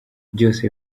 byose